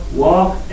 walk